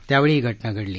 त्यावेळी ही घटना घडली